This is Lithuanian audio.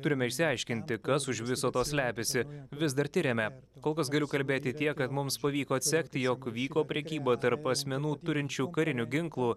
turime išsiaiškinti kas už viso to slepiasi vis dar tiriame kol kas galiu kalbėti tiek kad mums pavyko atsekti jog vyko prekyba tarp asmenų turinčių karinių ginklų